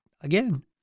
Again